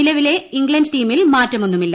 നിലവിലെ ഇംഗ്ലണ്ട് ടീമിൽ മാറ്റമൊന്നുമില്ല